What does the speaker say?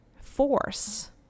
force